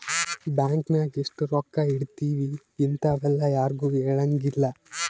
bank ನಾಗ ಎಷ್ಟ ರೊಕ್ಕ ಇಟ್ತೀವಿ ಇಂತವೆಲ್ಲ ಯಾರ್ಗು ಹೆಲಂಗಿಲ್ಲ